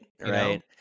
right